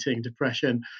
depression